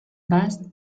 base